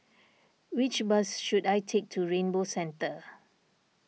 which bus should I take to Rainbow Centre